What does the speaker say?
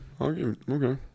Okay